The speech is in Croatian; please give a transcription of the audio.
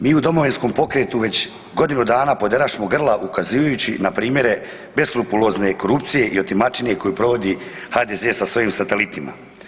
Mi u Domovinskom pokretu već godinu dana poderašmo grla ukazivajući na primjere beskrupulozne korupcije i otimačine koju provodi HDZ sa svojim satelitima.